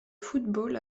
football